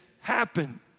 happen